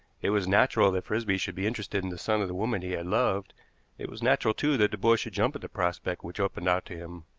it was natural that frisby should be interested in the son of the woman he had loved it was natural, too, that the boy should jump at the prospect which opened out to him,